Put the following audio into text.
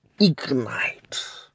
ignite